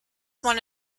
one